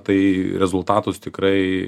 tai rezultatus tikrai